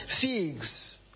figs